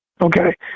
okay